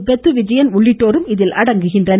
பெத்துவிஜயன் உள்ளிட்டோரும் இதில் அடங்குவர்